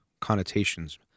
connotations